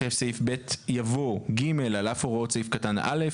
אחרי סעיף קטן (ב) יבוא: "(ג)על אף הוראות סעיף קטן (א)